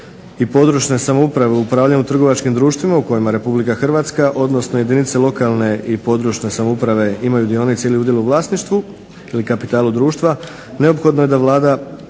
i područne samouprave u upravljanju trgovačkim društvima u kojima Republika Hrvatska, odnosno jedinice lokalne i područne samouprave imaju dionice ili udjele u vlasništvu ili kapitalu društva neophodno je da Vlada